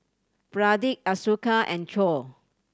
Pradip Ashoka and Choor